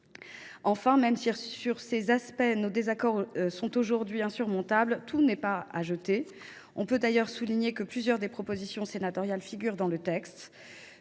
Enfin, même si, sur ces aspects, nos désaccords sont aujourd’hui insurmontables, tout n’est pas à jeter dans ce texte. On peut d’ailleurs souligner que plusieurs des propositions sénatoriales y figurent. Je pense